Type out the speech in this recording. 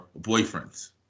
boyfriends